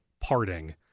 parting